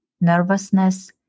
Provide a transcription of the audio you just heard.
nervousness